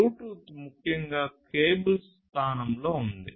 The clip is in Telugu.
బ్లూటూత్ ముఖ్యంగా కేబుల్స్ స్థానంలో ఉంది